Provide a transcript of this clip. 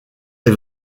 est